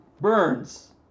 Burns